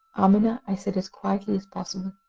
amina, i said, as quietly as possible,